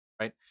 right